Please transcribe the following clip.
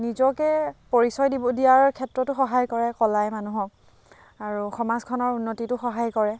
নিজকে পৰিচয় দিব দিয়াৰ ক্ষেত্ৰতো সহায় কৰে কলায়ে মানুহক আৰু সমাজখনৰ উন্নতিতো সহায় কৰে